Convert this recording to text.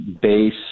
base